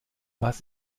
was